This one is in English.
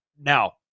Now